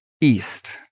east